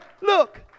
look